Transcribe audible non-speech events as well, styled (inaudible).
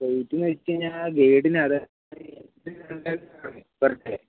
ഗെയ്ഡിനയച്ച് കഴിഞ്ഞാൽ ഗൈഡിനത് (unintelligible) per day